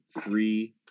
three